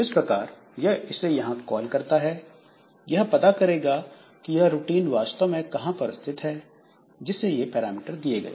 इस प्रकार यह इसे यहां कॉल करता है यह पता करेगा कि यह रूटीन वास्तव में कहां पर स्थित है जिसे ये पैरामीटर दिए गए